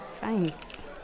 Thanks